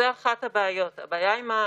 ערבים,